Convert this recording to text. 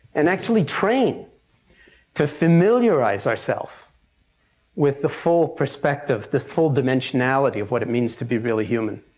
and actually train to familiarize ourselves with the full perspective, the full dimensionality of what it means to be really human?